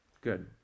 Good